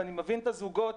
ואני מבין את הזוגות